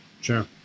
Sure